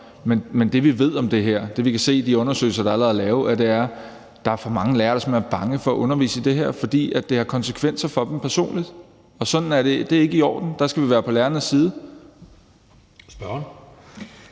men det, vi ved om det her, det, vi kan se i de undersøgelser, der allerede er lavet, er, at der er for mange lærere, der simpelt hen er bange for at undervise i det her, fordi det har konsekvenser for dem personligt. Det er ikke i orden, der skal vi være på lærernes side. Kl.